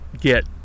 get